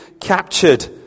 captured